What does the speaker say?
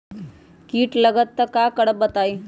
कीट लगत त क करब बताई?